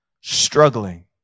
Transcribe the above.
struggling